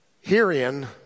herein